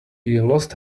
lost